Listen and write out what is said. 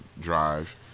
drive